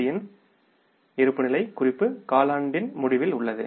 சியின் இருப்புநிலை குறிப்பு காலாண்டின் முடிவில் உள்ளது